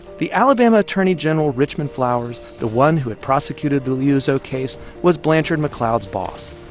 the alabama attorney general, richmond flowers the one who had prosecuted the liuzzo case was blanchard mcleod's boss.